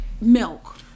milk